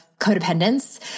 codependence